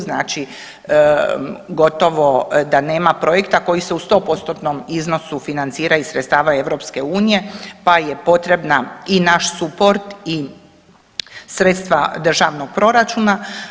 Znači gotovo da nema projekta koji se u 100% iznosu financira iz sredstava EU pa je potrebna i naš suport i sredstva državnog proračuna.